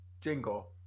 jingle